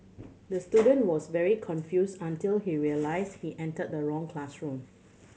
the student was very confused until he realised he entered the wrong classroom